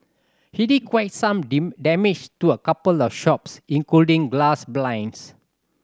he did quite some damage to a couple of shops including glass blinds